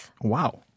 Wow